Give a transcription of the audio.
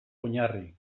oinarri